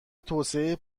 توسعه